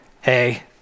hey